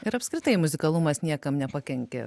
ir apskritai muzikalumas niekam nepakenkė